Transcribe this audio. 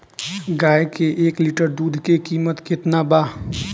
गाय के एक लीटर दूध के कीमत केतना बा?